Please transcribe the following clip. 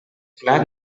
plat